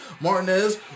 Martinez